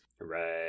Right